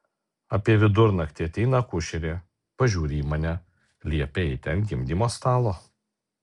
apie vidurnaktį ateina akušerė pažiūri į mane liepia eiti ant gimdymo stalo